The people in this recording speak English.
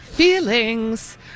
Feelings